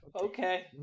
Okay